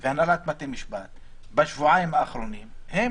והנהלת בתי משפט בשבועיים האחרונים הם